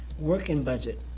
working budget,